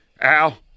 Al